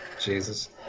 jesus